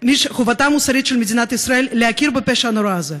חובתה המוסרית של מדינת ישראל היא להכיר בפשע הנורא הזה,